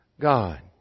God